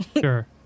Sure